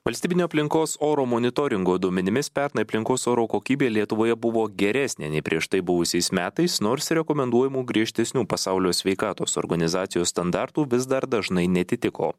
valstybinio aplinkos oro monitoringo duomenimis pernai aplinkos oro kokybė lietuvoje buvo geresnė nei prieš tai buvusiais metais nors rekomenduojamų griežtesnių pasaulio sveikatos organizacijos standartų vis dar dažnai neatitiko